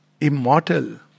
immortal